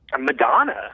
Madonna